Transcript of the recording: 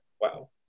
Wow